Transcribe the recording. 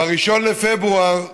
ב-1 בפברואר הקרוב,